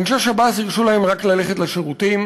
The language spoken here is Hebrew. אנשי שב"ס הרשו להם רק ללכת לשירותים.